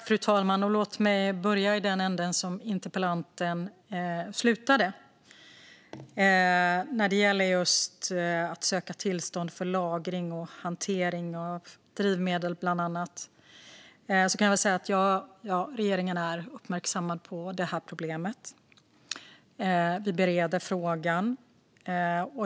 Fru talman! Låt mig börja i den änden där interpellanten slutade när det gäller just att söka tillstånd för lagring och hantering av bland annat drivmedel. Regeringen är uppmärksammad på det problemet. Vi bereder frågan.